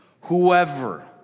Whoever